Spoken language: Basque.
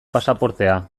pasaportea